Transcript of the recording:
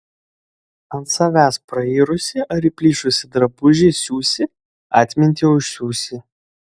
ant savęs prairusį ar įplyšusį drabužį siūsi atmintį užsiūsi